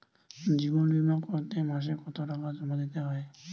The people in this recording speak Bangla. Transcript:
জীবন বিমা করতে মাসে কতো টাকা জমা দিতে হয়?